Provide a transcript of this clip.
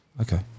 okay